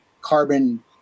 carbon